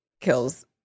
kills